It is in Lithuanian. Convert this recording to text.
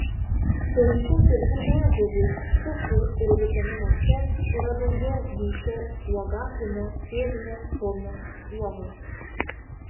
sausų tirpių medžiagų cukrų ir vitamino c yra daugiau nei šio uogakrūmio tėvinės formos uogose